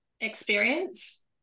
experience